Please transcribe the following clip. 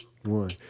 one